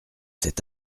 cet